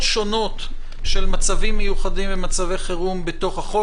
שונות של מצבים מיוחדים ומצבי חירום בחוק,